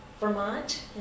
Vermont